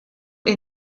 est